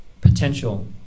potential